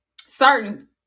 certain